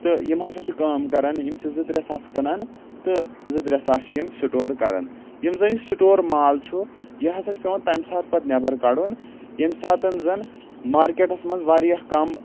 تہٕ یِم ہسا چھِ کٲم کران یِم چھِ زٕ ترٛےٚ ساس کٕنان تہٕ زٕ ترٛےٚ ساس چھِ یِم سِٹور کران یِم زَن یہِ سِٹور مال چھُ یہِ ہسا چھُ پیوان تَمہِ ساتہٕ پَتہٕ نیبر کڑُن ییٚمہِ ساتَن زَن مارکیٹس منٛز واریاہ کَم